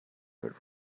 but